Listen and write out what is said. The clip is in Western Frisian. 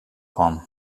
fan